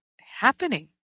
happening